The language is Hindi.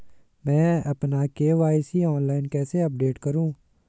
मैं अपना के.वाई.सी ऑनलाइन कैसे अपडेट करूँ?